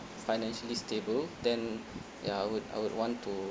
financially stable then ya I would I would want to